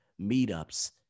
meetups